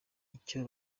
icyo